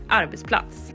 arbetsplats